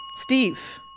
Steve